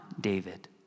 David